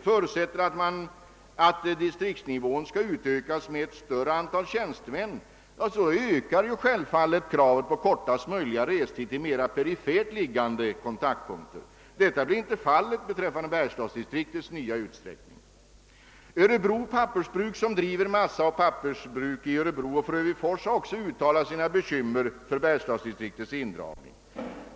förutsätter att distriktsnivån utökas med ett antal tjänstemän. Då ökar självfallet kravet på kortast möjliga restid till mera perifert liggande kontaktpunkter. Så blir inte fallet beträffande bergslagsdistriktets nya utsträckning. Örebro pappersbruk, som driver massaoch papperstillverkning i Örebro och Frövifors, har också uttalat sina bekymmer för verkstadsdistriktets indragning.